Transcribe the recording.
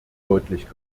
deutlich